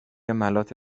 ملاط